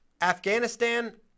Afghanistan